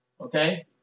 Okay